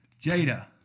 Jada